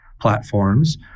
platforms